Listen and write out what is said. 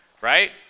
right